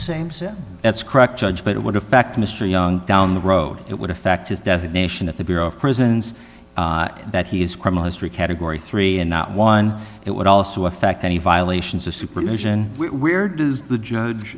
same said that's correct judge but it would affect mr young down the road it would affect his designation at the bureau of prisons that he has criminal history category three and not one it would also affect any violations of supervision where does the